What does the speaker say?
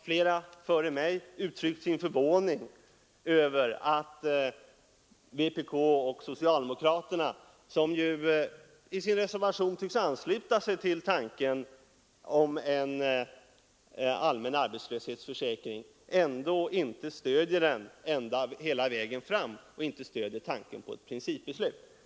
Flera före mig har uttryckt sin förvåning över att vpk och socialdemokraterna, som ju i sin reservation tycks ansluta sig till tanken på en allmän arbetslöshetsförsäkring, ändå inte gör det hela vägen fram och att de inte stödjer tanken på ett principbeslut.